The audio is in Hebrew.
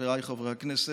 חבריי חברי הכנסת,